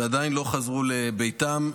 ועדיין לא חזרו לביתם,